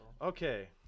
okay